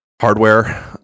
hardware